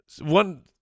One